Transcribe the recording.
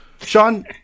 Sean